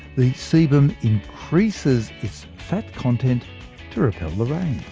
the sebum increases its fat content to repel rain.